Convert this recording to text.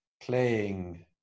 playing